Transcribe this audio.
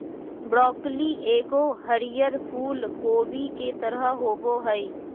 broccoli एगो हरीयर फूल कोबी के तरह होबो हइ